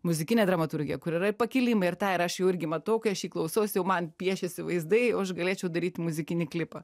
muzikinė dramaturgija kur yra ir pakilimai ir tą ir aš jau irgi matau kai aš jį klausaus jau man piešiasi vaizdai jau aš galėčiau daryti muzikinį klipą